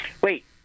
wait